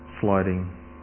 sliding